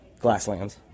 glasslands